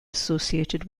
associated